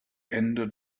ende